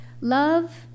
Love